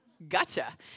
gotcha